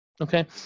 okay